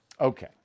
Okay